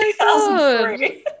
2003